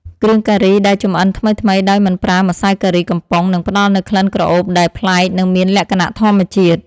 គ្រឿងការីដែលចម្អិនថ្មីៗដោយមិនប្រើម្សៅការីកំប៉ុងនឹងផ្តល់នូវក្លិនក្រអូបដែលប្លែកនិងមានលក្ខណៈធម្មជាតិ។